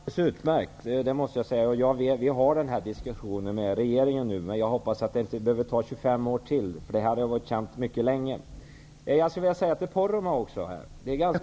Herr talman! Jag måste säga att det låter utmärkt. Vi för denna diskussion med regeringen nu. Men jag hoppas att det inte behöver ta ytterligare 25 år. Detta har ju varit känt mycket länge. Jag skulle till Bruno Poromaa vilja säga...